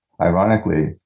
ironically